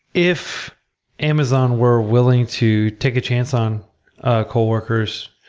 if amazon we're willing to take a chance on ah coworkers,